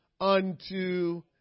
unto